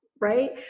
Right